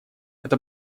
это